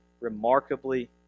remarkably